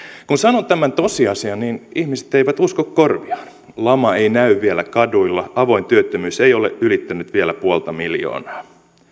kun sanon tämän tosiasian niin ihmiset eivät usko korviaan lama ei näy vielä kaduilla avoin työttömyys ei ole vielä ylittänyt puolta miljoonaa